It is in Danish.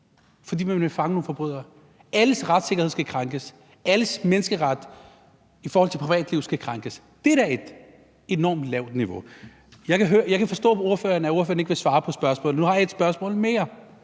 fordi man vil fange nogle forbrydere. Alles retssikkerhed skal krænkes, alles menneskeret i forhold til privatliv skal krænkes. Det er da et enormt lavt niveau. Jeg kan forstå på ordføreren, at ordføreren ikke vil svare på spørgsmålet, men nu har jeg et spørgsmål mere,